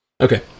Okay